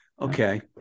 Okay